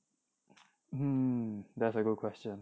um that's a good question